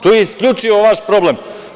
To je isključivo vaš problem.